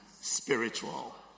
spiritual